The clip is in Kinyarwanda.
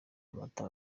amata